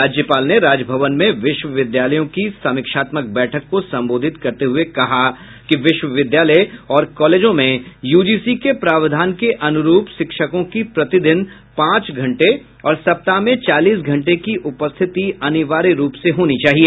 राज्यपाल ने राजभवन में विश्वविद्यालयों की समीक्षात्मक बैठक को संबोधित करते हुए कहा कि विश्वविद्यालय और कॉलेजों में यूजीसी के प्रावधान के अनुरूप शिक्षकों की प्रतिदिन पांच घंटे और सप्ताह में चालीस घंटे की उपस्थिति अनिवार्य रूप से होनी चाहिए